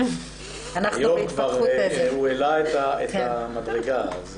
היום הוא כבר העלה את המדרגה.